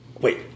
wait